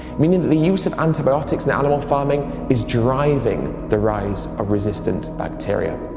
meaning that the use of antibiotics in animal farming is driving the rise of resistant bacteria.